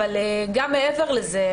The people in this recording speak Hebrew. אבל, גם מעבר לזה.